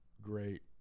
great